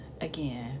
again